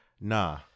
Nah